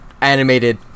animated